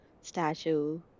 statue